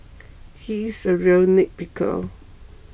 he is a real nitpicker